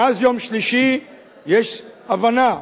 מאז יום שלישי יש הבנה,